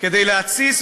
כדי להתסיס.